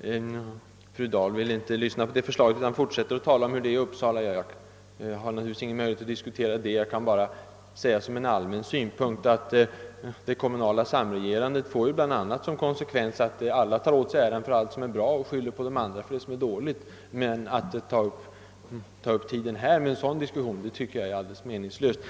men fru Dahl vill inte lyssna på det förslaget utan fortsätter att tala om hur det är i Uppsala. Jag har naturligtvis ingen möjlighet att diskutera det. Jag kan bara som en allmän synpunkt anföra att det kommunala samregerandet bl.a. får till konsekvens att alla tar åt sig äran för det som är bra och skyller på de andra för det som är dåligt. Men att här ta upp tiden med en sådan diskussion tycker jag är helt meningslöst.